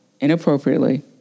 inappropriately